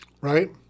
Right